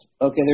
Okay